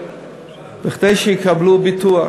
כדי שיקבלו ביטוח.